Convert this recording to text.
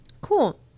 Cool